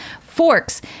forks